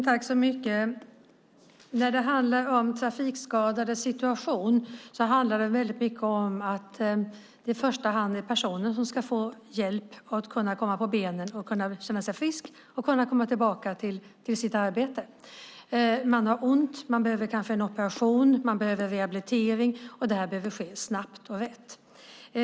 Herr talman! När det handlar om trafikskadades situation handlar det väldigt mycket om att det i första hand är personen som ska få hjälp att komma på benen, känna sig frisk och kunna komma tillbaka till sitt arbete. Man har ont och behöver kanske en operation, man behöver rehabilitering, och detta behöver ske snabbt och rätt.